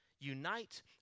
Unite